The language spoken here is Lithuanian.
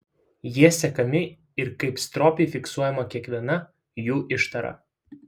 jie sekami ir kaip stropiai fiksuojama kiekviena jų ištara